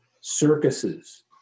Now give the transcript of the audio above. circuses